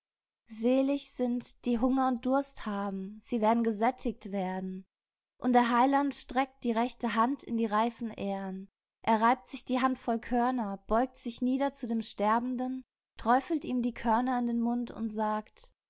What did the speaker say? selig sind die hunger und durst haben sie werden gesättigt werden und der heiland streckt die rechte hand in die reifen ähren er reibt sich die hand voll körner beugt sich nieder zu dem sterbenden träufelt ihm die körner in den mund und sagt